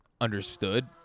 understood